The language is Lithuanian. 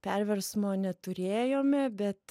perversmo neturėjome bet